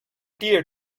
dear